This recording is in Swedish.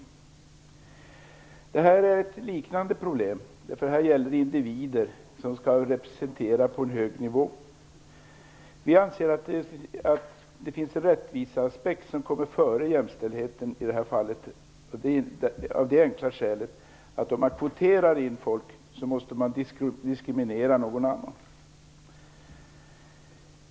Det här är ett liknande problem. Här gäller det individer som skall representera på en hög nivå. Vi anser att det finns en rättviseaspekt som kommer före jämställdheten i det här fallet, och det av det enkla skälet att om man kvoterar in någon så måste man diskriminera någon annan.